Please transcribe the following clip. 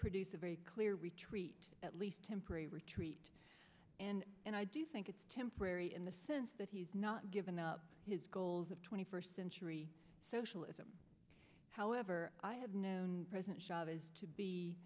produce a very clear retreat at least temporary retreat and and i do think it's temporary in the sense that he's not given up his goals of twenty first century socialism however i have known president